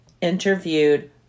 interviewed